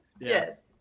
Yes